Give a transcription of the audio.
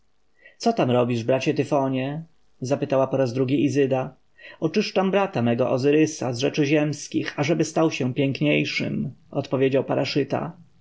co tam robisz bracie tyfonie zapytała po raz drugi izyda oczyszczam brata mego ozyrysa z rzeczy ziemskich ażeby stał się piękniejszym odpowiedział paraszyta